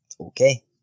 okay